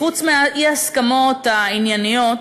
חוץ מהאי-הסכמות הענייניות,